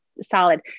solid